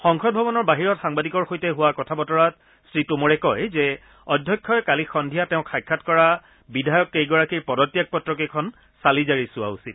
সংসদ ভৱনৰ বাহিৰত সাংবাদিকৰ সৈতে হোৱা কথা বতৰাত শ্ৰীটোমৰে কয় যে অধ্যক্ষই কালি সন্ধিয়া তেওঁক সাক্ষাৎ কৰা বিধায়ক কেইগৰাকীক পদত্যাক পত্ৰকেইখন চালি জাৰি চোৱা উচিত